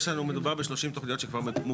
בסדר?